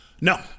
No